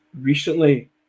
recently